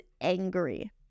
angry